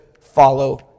follow